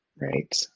right